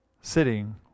sitting